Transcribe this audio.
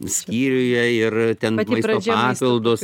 skyriuje ir ten maisto papildus